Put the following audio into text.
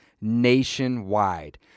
nationwide